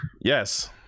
yes